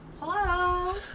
Hello